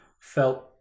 felt